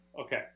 Okay